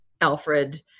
Alfred